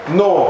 no